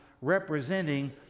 representing